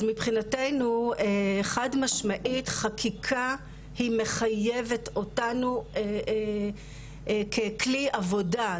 אז מבחינתנו חד משמעית חקיקה היא מחייבת אותנו ככלי עבודה.